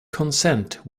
consent